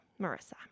Marissa